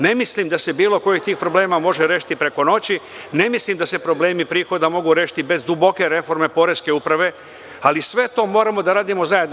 Ne mislim da se bilo koji od tih problema može rešiti preko noći, ne mislim da se problemi prihoda mogu rešiti bez duboke reforme poreske uprave, ali sve to moramo da radimo zajedno.